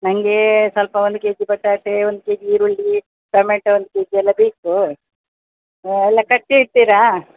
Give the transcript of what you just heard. ನಂಗೇ ಸ್ವಲ್ಪ ಒಂದು ಕೆಜಿ ಬಟಾಟೆ ಒಂದು ಕೆಜಿ ಈರುಳ್ಳಿ ಟಮೆಟೊ ಒಂದು ಕೆಜಿ ಎಲ್ಲ ಬೇಕು ಎಲ್ಲ ಕಟ್ಟಿ ಇಡ್ತಿರಾ